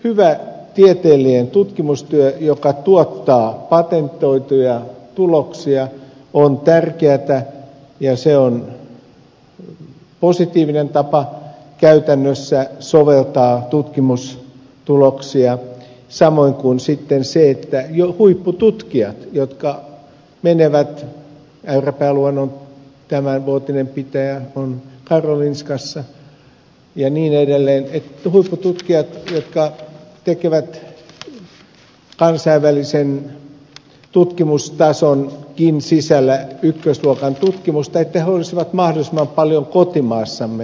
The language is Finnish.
hyvä tieteellinen tutkimustyö joka tuottaa patentoituja tuloksia on tärkeätä ja se on positiivinen tapa soveltaa käytännössä tutkimustuloksia samoin kuin sitten se että jo huippututkijat äyräpää luennon tämänvuotinen pitäjä on karolinskasta ja niin edelleen jotka tekevät kansainvälisenkin tutkimustason sisällä ykkösluokan tutkimusta olisivat mahdollisimman paljon kotimaassamme